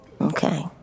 Okay